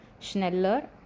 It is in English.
schneller